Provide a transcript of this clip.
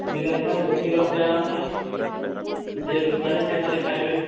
ବିଲାତି ଖାଲି ଦେଖିକି ରଖିବା କଥା ଯିଏ ବେପାରି ସିଏ ଖାଲି ଖାଇବେ